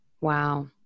Wow